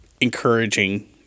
encouraging